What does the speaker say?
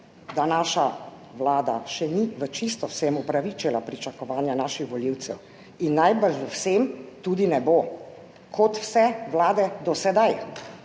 da naša vlada še ni v čisto vsem upravičila pričakovanja naših volivcev in najbrž v vsem tudi ne bo Kot vse vlade do sedaj.